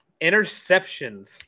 Interceptions